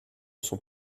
sont